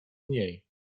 mniej